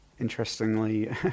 Interestingly